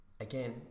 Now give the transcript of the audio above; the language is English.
again